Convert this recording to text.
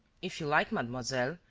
if you like, mademoiselle,